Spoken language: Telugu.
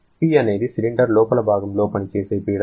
P అనేది సిలిండర్ లోపలి భాగంలో పనిచేసే పీడనం